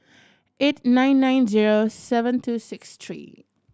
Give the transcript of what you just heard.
eight nine nine zero seven two six three